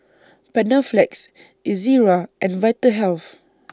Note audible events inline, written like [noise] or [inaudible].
Panaflex Ezerra and Vitahealth [noise]